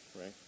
right